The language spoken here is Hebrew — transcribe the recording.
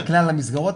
בכלל המסגרות,